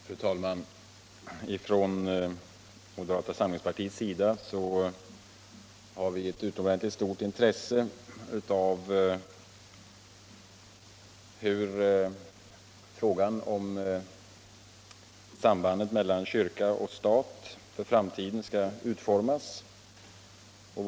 Fru talman! Från moderata samlingspartiets sida har vi utomordentligt stort intresse av hur frågan om sambandet mellan kyrkan och staten skall utformas för framtiden.